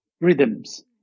rhythms